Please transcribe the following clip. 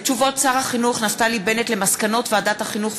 תשובות שר החינוך נפתלי בנט על מסקנות ועדת החינוך,